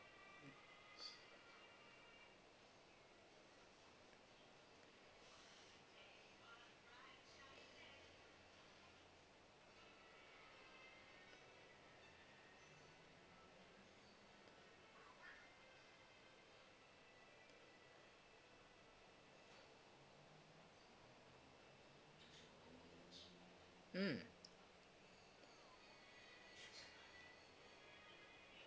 mm